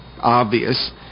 obvious